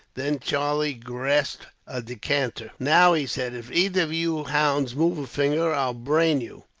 then charlie grasped a decanter. now, he said, if either of you hounds move a finger, i'll brain you.